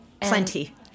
Plenty